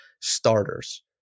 starters